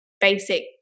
basic